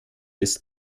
ist